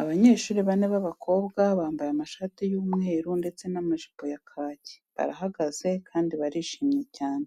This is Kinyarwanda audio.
Abanyeshuri bane b'abakobwa bambaye amashati y'umweru ndetse n'amajipo ya kaki, barahagaze kandi barishimye cyane.